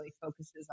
focuses